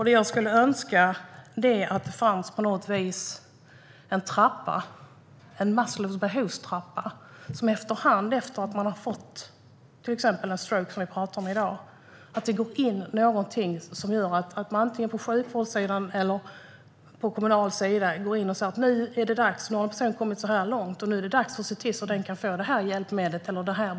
Det jag skulle önska är att det på något vis fanns en Maslows behovstrappa, att man efter att någon fått till exempel en stroke, som vi har pratat om i dag, antingen från sjukvårdssidan eller från den kommunala sidan går in och säger att nu har patienten kommit så här långt, så nu är det dags för det här hjälpmedlet eller att tillgodose det här behovet.